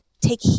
take